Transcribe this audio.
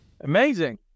Amazing